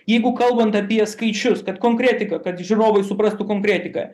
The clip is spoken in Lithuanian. jeigu kalbant apie skaičius kad konkretika kad žiūrovai suprastų konkretika